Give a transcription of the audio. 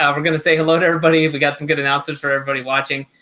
um we're going to say hello to everybody. we got some good analysis for everybody watching.